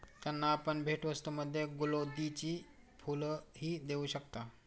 त्यांना आपण भेटवस्तूंमध्ये गुलौदीची फुलंही देऊ शकता